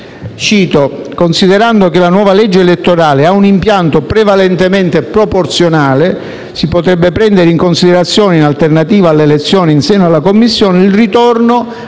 Cito: «Considerando che la nuova legge elettorale ha un impianto prevalentemente proporzionale, si potrebbe prendere in considerazione, in alternativa all'elezione in seno alla Commissione, il ritorno